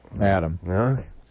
Adam